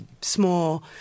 small